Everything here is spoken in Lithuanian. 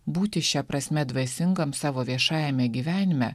būti šia prasme dvasingam savo viešajame gyvenime